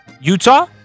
Utah